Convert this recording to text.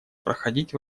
проходить